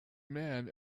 man